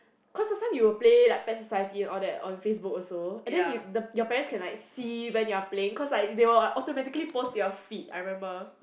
cause last time you would play like Pet Society and all that on Facebook also and then you the your parents can see when you're playing cause like they will automatically post to your feed I remember